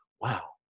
wow